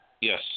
Yes